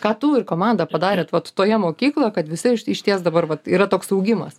ką tu ir komanda padarėt vat toje mokykloj kad visi išties dabar vat yra toks augimas